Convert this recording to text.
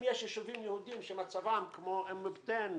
ואם יש יישובים יהודים שמצבם כמו מצב היישובים הבדואים,